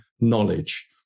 knowledge